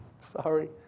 sorry